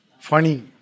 funny